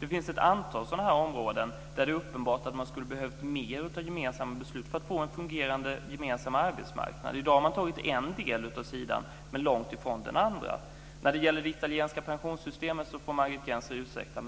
Det finns ett antal områden där det är uppenbart att man skulle ha behövt fler gemensamma beslut för att få en fungerande gemensam arbetsmarknad. I dag har man tagit sig an den ena sidan, men långt ifrån den andra. När det gäller det italienska pensionssystemet får Margit Gennser ursäkta.